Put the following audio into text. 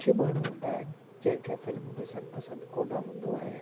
कुझु ई माण्हू हूंदा आहिनि जंहिं खे फिल्म ॾिसणु पसंदि कोन हूंदो आहे